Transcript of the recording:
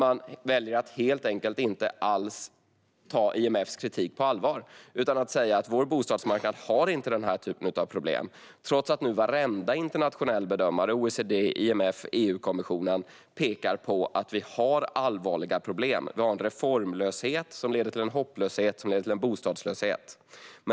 Man väljer helt enkelt att inte ta IMF:s kritik på allvar utan säger att vår bostadsmarknad inte har sådana problem. Det gör man trots att nu varenda internationell bedömare, till exempel OECD, IMF och EU-kommissionen, pekar på att vi har allvarliga problem. Vi har en reformlöshet som leder till en hopplöshet som leder till en bostadslöshet.